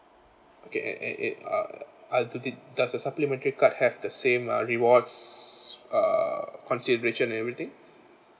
okay and and it uh uh did does a supplementary card have the same uh rewards uh consideration everything